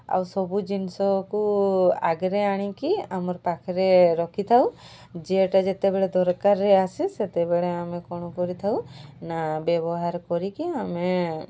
ଆଉ ସବୁ ଜିନିଷକୁ ଆଗରେ ଆଣିକି ଆମର ପାଖରେ ରଖିଥାଉ ଯେଉଁଟା ଯେତେବେଳେ ଦରକାରରେ ଆସେ ସେତେବେଳେ ଆମେ କ'ଣ କରିଥାଉ ନା ବ୍ୟବହାର କରିକି ଆମେ